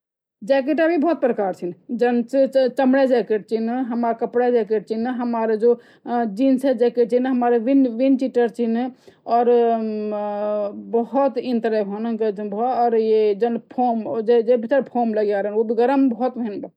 जैकेट का भी कई प्रकार छीन जान चमड़े जैकेट ,कपड़ा jacket ,jeans jacket ,windcheater चीन और भूत येन त्र हों और जीना भीतर फोम लगा रहन्दा वो भी ग्राम भूहोत हंडी